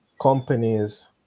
companies